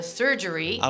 surgery